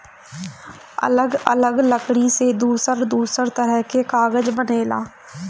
अलग अलग लकड़ी से दूसर दूसर तरह के कागज बनेला